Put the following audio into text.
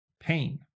pain